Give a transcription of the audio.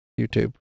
YouTube